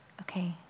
Okay